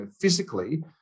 physically